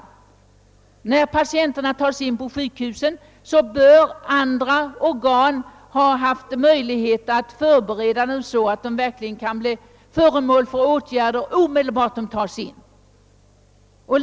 När patienterna tas in på sjukhuset, bör detta av andra organ ha förberetts så att de blir föremål för åtgärder omedelbart vid intagandet.